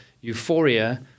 euphoria